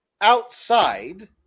outside